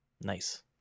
nice